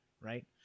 Right